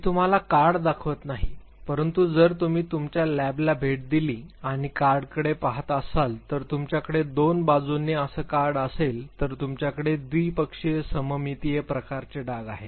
मी तुम्हाला कार्ड दाखवत नाही परंतु जर तुम्ही तुमच्या लॅबला भेट दिली आणि कार्डकडे पहात असाल तर तुमच्याकडे दोन बाजूंनी असं कार्ड असेल तर तुमच्याकडे द्विपक्षीय सममितीय प्रकारचे डाग आहेत